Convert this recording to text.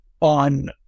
on